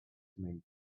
meant